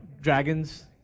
dragons